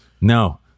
No